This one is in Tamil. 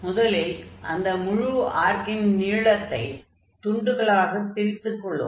முதலில் அந்த முழு ஆர்க்கின் நீளத்தை துண்டுகளாக பிரித்துக் கொள்வோம்